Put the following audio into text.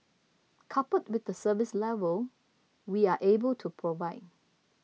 coupled with the service level we are able to provide